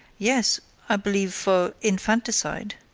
yes i believe for infanticide.